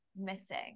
missing